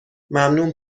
ممنون